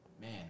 man